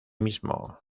mismo